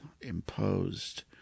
imposed